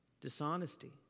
dishonesty